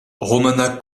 romana